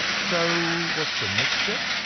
so what's the next step?